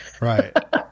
Right